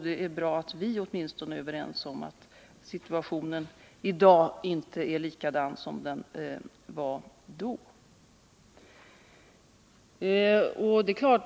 Det är bra att åtminstone vi är överens om att situationen i dag inte är likadan som den var då.